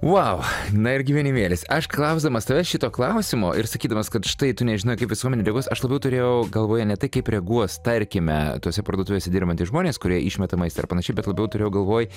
vau na ir gyvenimėlis aš klausdamas savęs šito klausimo ir sakydamas kad štai tu nežinai kaip visuomenė reaguos aš labiau turėjau galvoje ne tai kaip reaguos tarkime tose parduotuvėse dirbantys žmonės kurie išmeta maistą ir panašiai bet labiau turėjau galvoj